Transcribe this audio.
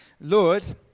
Lord